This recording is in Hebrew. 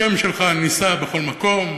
השם שלך נישא בכל מקום,